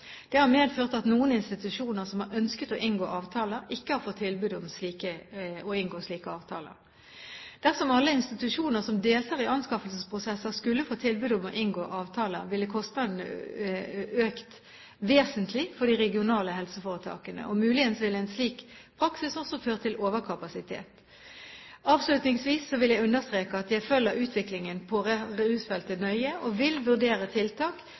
Det har medført at noen institusjoner som har ønsket å inngå avtaler, ikke har fått tilbud om å inngå slike avtaler. Dersom alle institusjoner som deltar i anskaffelsesprosesser, skulle få tilbud om å inngå avtaler, ville kostnadene øke vesentlig for de regionale helseforetakene. Muligens ville en slik praksis også ført til overkapasitet. Avslutningsvis vil jeg understreke at jeg følger utviklingen på rusfeltet nøye og vil vurdere tiltak